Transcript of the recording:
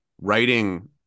writing